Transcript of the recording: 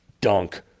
dunk